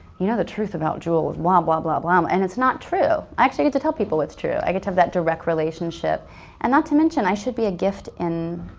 you know the truth about jewel was blah um blah blah blah. um and it's not true. i actually get to tell people what's true. i get to have that direct relationship and not to mention i should be a gift in,